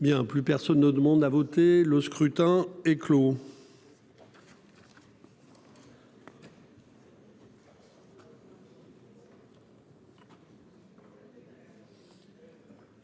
Bien plus personne ne demande à voter le scrutin est clos.